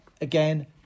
Again